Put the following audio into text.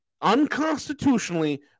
unconstitutionally